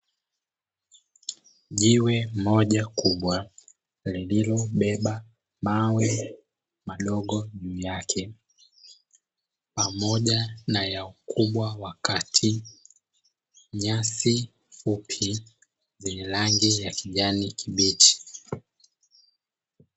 Jiwe moja kubwa lililobeba mawe madogo juu yake pamoja na ya ukubwa wa kati, nyasi fupi zenye rangi ya kijani kibichi.